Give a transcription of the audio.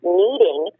needing